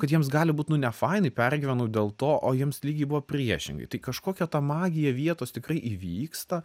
kad jiems gali būt nu nefainai pergyvenu dėl to o jiems lygiai buvo priešingai kažkokia ta magija vietos tikrai įvyksta